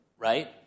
right